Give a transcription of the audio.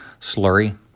slurry